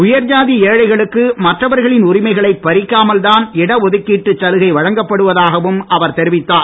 உயர்ஜாதி ஏழைகளுக்கு மற்றவர்களின் உரிமைகளை பறிக்காமல் தான் இட டுதுக்கீட்டுச் சலுகை வழங்கப்படுவதாகவும் அவர் தெரிவித்தார்